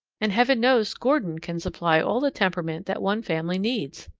and heaven knows gordon can supply all the temperament that one family needs!